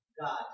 God